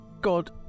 god